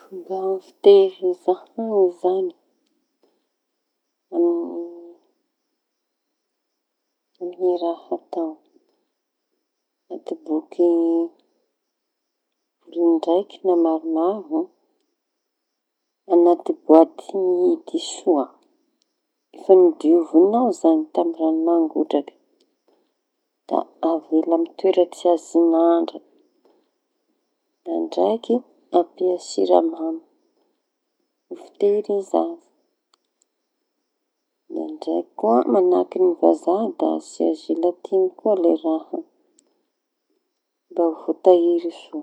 Fomba fitehiriza hañi zañy a- amy raha atao. Atoboky volañy raiky na maromaro añaty boaty mihidy soa. Efa nodiovañao zañy tamin'ny raño mangotraka da avela amin'ny toeraña tsy azon'andra. Da ndraiky ampia siramamy ho fitehiriza da nadraiky koa mañahaky vazaha da asia zelatiny koa da voatahiry soa.